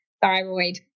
thyroid